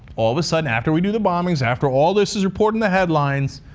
all of a sudden after we do the bombings. after all this is reported in the headlines,